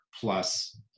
plus